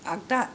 आगदा